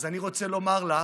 אז אני רוצה לומר לה: